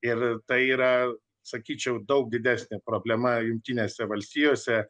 ir tai yra sakyčiau daug didesnė problema jungtinėse valstijose